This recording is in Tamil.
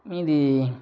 மீதி